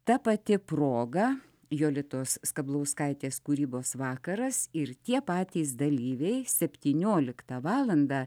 ta pati proga jolitos skablauskaitės kūrybos vakaras ir tie patys dalyviai septynioliktą valandą